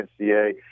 NCA